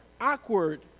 awkward